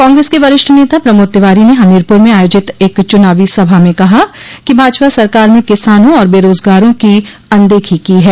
कांग्रेस के वरिष्ठ नेता प्रमोद तिवारी ने हमीरपुर में आयोजित एक चुनावी सभा में कहा कि भाजपा सरकार ने किसानों और बेरोजगारों की अनदेखी की है